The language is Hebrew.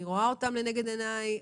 לנגד עיניי,